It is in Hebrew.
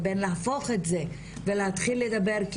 לבין להפוך את זה ולהתחיל לדבר,